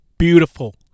Beautiful